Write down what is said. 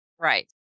right